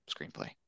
screenplay